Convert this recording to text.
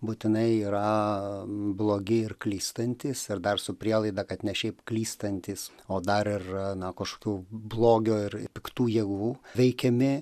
būtinai yra blogi ir klystantys ir dar su prielaida kad ne šiaip klystantys o dar ir na kažkokių blogio ir piktų jėgų veikiami